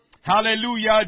Hallelujah